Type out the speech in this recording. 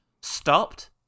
stopped